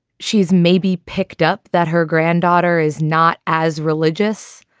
she's maybe picked up that her granddaughter is not as religious,